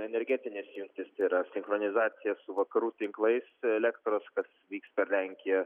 energetinės jungtys tai yra sinchronizacija su vakarų tinklais elektros kas vyks per lenkiją